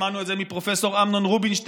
שמענו את זה מפרופ' אמנון רובינשטיין,